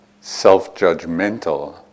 self-judgmental